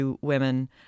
women